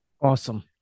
Awesome